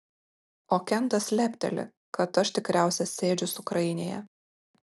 o kentas lepteli kad aš tikriausiai sėdžiu cukrainėje